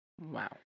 wow